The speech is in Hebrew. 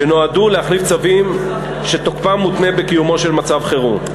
שנועדו להחליף צווים שתוקפם מותנה בקיומו של מצב חירום.